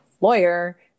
lawyer